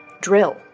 drill